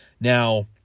Now